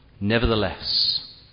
nevertheless